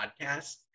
podcast